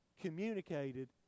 communicated